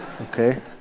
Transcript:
Okay